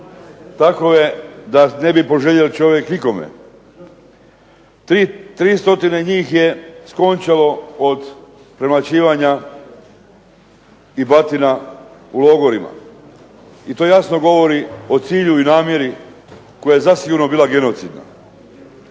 da čovjek ne bi poželio nikome. 300 njih je skončalo od premlaćivanja i batina u logorima. I to jasno govori o cilju i namjeri koja je zasigurno bila genocidna.